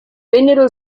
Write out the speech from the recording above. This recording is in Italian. vennero